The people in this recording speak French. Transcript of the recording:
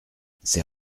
c’est